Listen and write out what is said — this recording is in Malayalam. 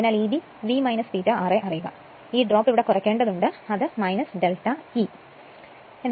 അതിനാൽ Eb V ∅ ra അറിയുക എന്നാൽ ഈ ഡ്രോപ്പ് കുറയ്ക്കേണ്ടതുണ്ട് delta E ഒരു ചെറിയ പിശക് ഉണ്ടാകരുത്